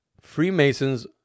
Freemasons